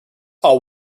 are